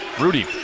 Rudy